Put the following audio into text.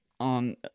On